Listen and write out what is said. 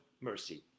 mercy